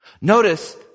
Notice